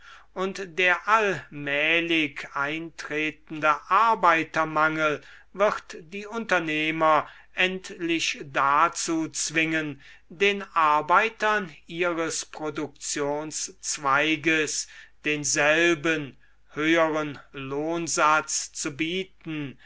und der allmählig eintretende arbeitermangel wird die unternehmer endlich dazu zwingen den arbeitern ihres produktionszweiges denselben höheren lohnsatz zu bieten